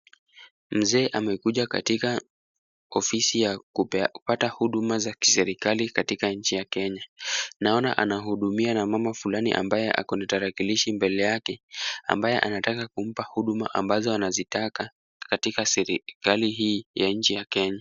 Mzee amekuja katika ofisi ya kupata huduma za kiserikali katika Kenya. Naona anahudumiwa na mama fulani ambaye ako na tarakilishi mbele yake ambaye anataka kumpa huduma ambazo anazitaka katika serikali hii ya nchi ya Kenya.